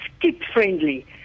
kid-friendly